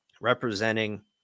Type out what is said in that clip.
representing